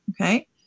okay